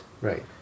Right